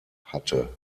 hatte